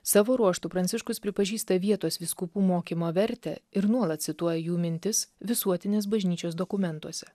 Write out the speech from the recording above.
savo ruožtu pranciškus pripažįsta vietos vyskupų mokymo vertę ir nuolat cituoja jų mintis visuotinės bažnyčios dokumentuose